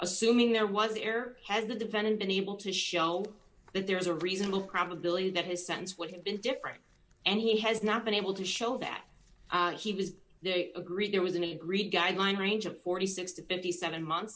assuming there was an error has the defendant been able to show that there is a reasonable probability that his sentence would have been different and he has not been able to show that he was agreed there was an agreed guideline range of forty six to fifty seven months